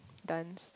dance